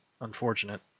unfortunate